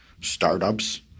startups